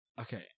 Okay